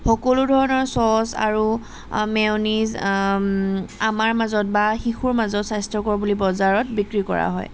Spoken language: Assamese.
সকলো ধৰণৰ চচ আৰু মেয়'নীছ আমাৰ মাজত বা শিশুৰ মাজত স্বাস্থ্যকৰ বুলি বজাৰত বিক্ৰী কৰা হয়